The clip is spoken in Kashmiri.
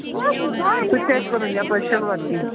سُہ چھِ اَسہِ کٕنُن یَپٲرۍ شلوَت کِنۍ